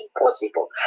impossible